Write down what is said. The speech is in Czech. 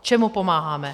Čemu pomáháme?